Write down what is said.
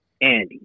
Andy